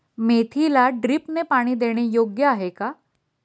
मेथीला ड्रिपने पाणी देणे योग्य आहे का?